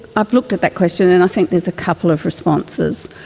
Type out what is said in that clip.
i've looked at that question and i think there's a couple of responses.